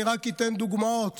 אני רק אתן דוגמאות.